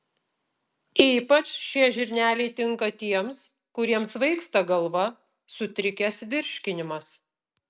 ypač šie žirneliai tinka tiems kuriems svaigsta galva sutrikęs virškinimas